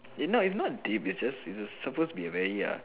is not is not deep it's just it's supposed to be very err